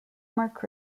marc